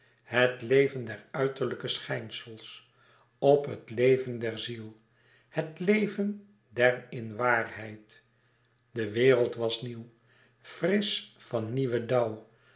het leven der uiterlijke schijnsels op het leven der ziel het leven der in waarheid de wereld was nieuw frisch van nieuwen